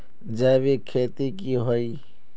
जैविक खेती की होय?